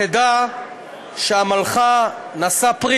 תדע שעמלך נשא פרי